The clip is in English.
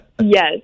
Yes